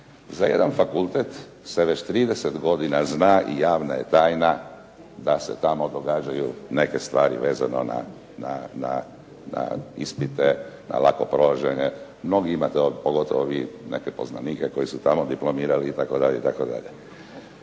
za jedan fakultet se već 30 godina zna i javna je tajna da se tamo događaju neke stvari vezno na ispite, na lako položene, mnogima pogotovo neke poznanike koji su tamo diplomirali itd.